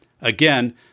Again